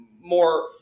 more